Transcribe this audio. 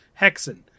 Hexen